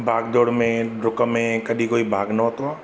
भागदौड़ में ॾुक में कॾहिं कोई भाॻ न वरितो आहे